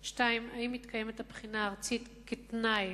2. האם מתקיימת הבחינה הארצית כתנאי